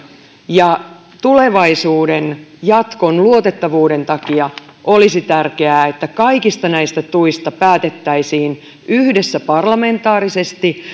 ja tulevaisuuden jatkon luotettavuuden takia olisi tärkeää että kaikista näistä tuista päätettäisiin yhdessä parlamentaarisesti